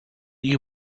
you